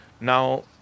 Now